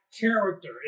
character